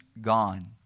gone